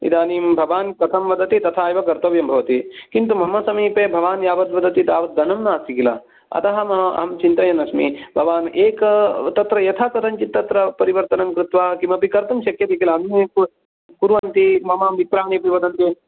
इदानीं भवान् कथं वदति तथा एव कर्तव्यं भवति किन्तु मम समीपे भवान् यावद्वदति तावद्धनं नास्ति खिल अतः मा अहं चिन्तयन्नस्मि भवान् एक तत्र यथा कथञ्चित् तत्र परिवर्तनं कृत्वा किमपि कर्तुं शक्यते खिल अन्ये कुर्वन्ति मम मित्राणि अपि वदन्ति